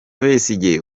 besigye